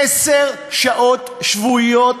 עשר שעות שבועיות